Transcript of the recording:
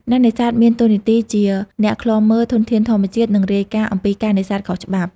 អ្នកនេសាទមានតួនាទីជា អ្នកឃ្លាំមើល ធនធានធម្មជាតិ និងរាយការណ៍អំពីការនេសាទខុសច្បាប់។